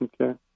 okay